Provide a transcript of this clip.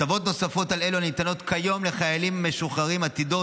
הטבות נוספות על אלו הניתנות כיום לחיילים משוחררים עתידות